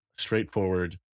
straightforward